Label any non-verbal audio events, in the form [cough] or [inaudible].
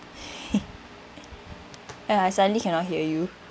[laughs] eh I suddenly cannot hear you